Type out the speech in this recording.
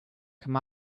come